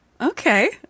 Okay